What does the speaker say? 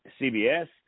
CBS